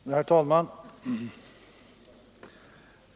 Herr talman!